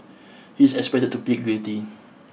he is expected to plead guilty